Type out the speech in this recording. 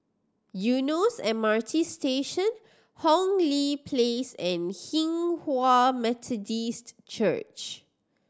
Eunos M R T Station Hong Lee Place and Hinghwa Methodist Church